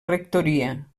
rectoria